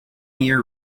year